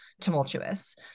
tumultuous